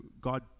God